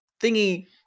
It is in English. thingy